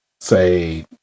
say